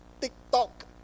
TikTok